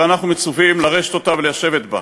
ואנחנו מצווים לרשת אותה ולשבת בה.